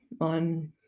on